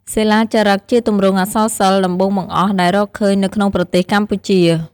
សិលាចារឹក ជាទម្រង់អក្សរសិល្ប៍ដំបូងបង្អស់ដែលរកឃើញនៅក្នុងប្រទេសកម្ពុជា។